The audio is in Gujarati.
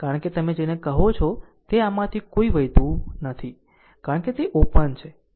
કારણ કે આ તમે જેને કહો છો તે આમાંથી કોઈ વહેતું નથી કારણ કે તે ઓપન છે